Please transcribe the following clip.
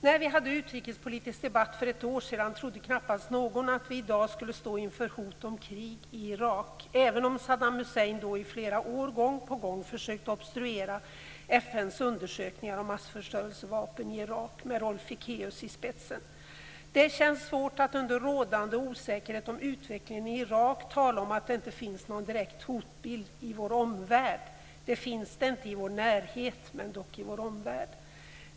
När vi hade utrikespolitisk debatt för ett år sedan, trodde knappast någon att vi i dag skulle stå inför hot om krig i Irak, även om Saddam Hussein då i flera år gång på gång försökt obstruera FN:s undersökningar om massförstörelsevapen i Irak med Rolf Ekéus i spetsen. Det känns svårt att under rådande osäkerhet om utvecklingen i Irak tala om att det inte finns någon direkt hotbild i vår omvärld. Det finns det inte i vår närhet, men dock i vår omvärld.